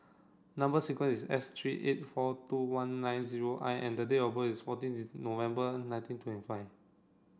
number sequence is S three eight four two one nine zero I and the date of birth is fourteen November nineteen twenty five